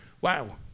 Wow